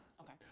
Okay